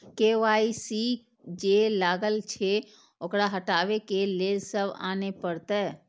KYC जे लागल छै ओकरा हटाबै के लैल की सब आने परतै?